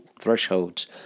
thresholds